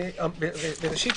מדובר,